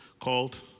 called